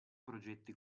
progetti